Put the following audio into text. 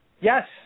Yes